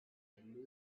had